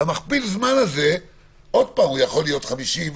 ומכפיל הזמן הזה יכול להיות 50,